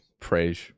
praise